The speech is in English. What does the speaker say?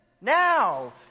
now